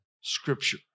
scripture